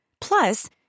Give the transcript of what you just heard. Plus